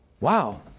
Wow